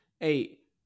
Eight